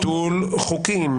לביטול חוקים.